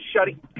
shutting